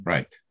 Right